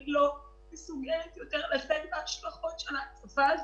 אני לא מסוגלת יותר לשאת בהשלכות של התקופה הזאת.